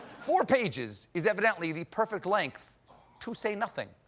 four pages is evidently the perfect length to say nothing.